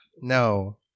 No